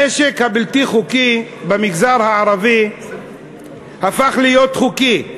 הנשק הבלתי-חוקי במגזר הערבי הפך להיות חוקי,